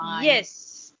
yes